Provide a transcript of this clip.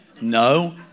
No